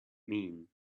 mean